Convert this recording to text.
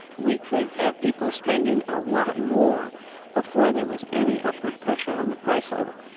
we could have people spending a lot more before there was any upward pressure on the price level.